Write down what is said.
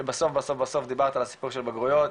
שבסוף דיברת על הסיפור של הבגרויות,